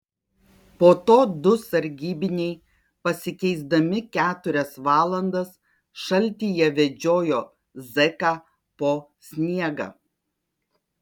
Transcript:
po to du sargybiniai pasikeisdami keturias valandas šaltyje vedžiojo zk po sniegą